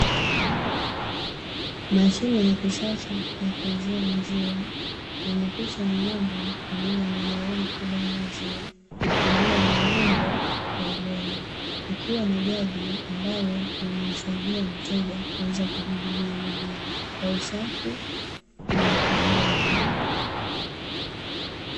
Mashine ya kisasa ya kuuzia maziwa, yenye picha ya ng'ombe pamoja na biauri kubwa la maziwa, iliyo na nembo ya ubora, ikiwa na jagi ambalo linamsaidia mteja kuweza kujihudumia mwenyewe kwa usafi na kwa haraka.